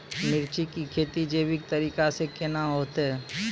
मिर्ची की खेती जैविक तरीका से के ना होते?